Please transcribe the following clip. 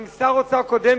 עם שר אוצר קודם,